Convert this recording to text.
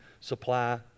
supply